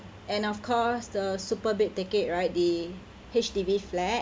and of course the super big ticket right the H_D_B flat